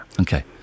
Okay